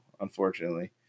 unfortunately